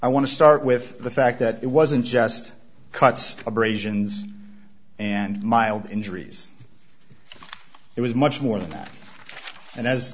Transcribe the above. i want to start with the fact that it wasn't just cuts abrasions and mild injuries it was much more than that and as